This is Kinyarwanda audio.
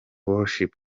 worship